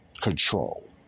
control